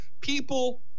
people